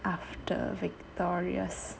after victoria party